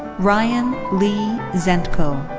ryan lee zentko.